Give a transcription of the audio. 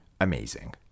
amazing